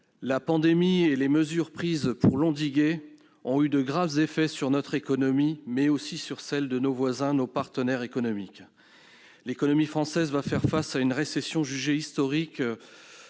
La pandémie et les mesures prises pour l'endiguer ont eu de graves effets sur notre économie, mais aussi sur celles de nos voisins et partenaires économiques. L'économie française va faire face à une récession jugée historique